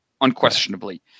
unquestionably